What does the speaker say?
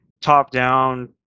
top-down